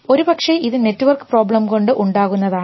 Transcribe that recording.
ഒരുപക്ഷേ ഇത് network problem കൊണ്ട് ഉണ്ടാകുന്നതാണ്